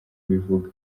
ubivuga